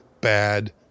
bad